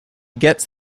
gets